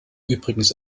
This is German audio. übrigens